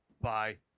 bye